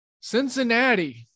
Cincinnati